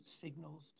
signals